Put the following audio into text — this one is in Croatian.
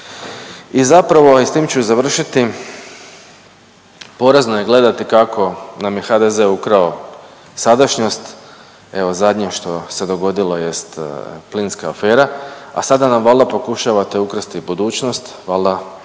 I zapravo i s tim ću završiti. Porazno je gledati kako nam je HDZ ukrao sadašnjost. Evo zadnje što se dogodilo jest plinska afera, a sada nam valjda pokušavate ukrasti i budućnost, valjda